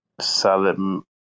Salim